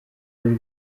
y’u